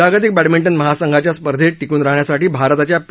जागतिक बॅडमिंटन महासंघाच्या स्पर्धेत टिकून राहण्यासाठी भारताच्या पी